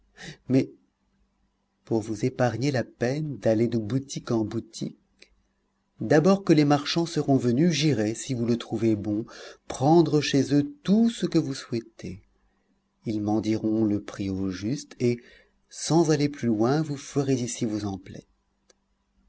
mais pour vous épargner la peine d'aller de boutique en boutique d'abord que les marchands seront venus j'irai si vous le trouvez bon prendre chez eux tout ce que vous souhaitez ils m'en diront le prix au juste et sans aller plus loin vous ferez ici vos emplettes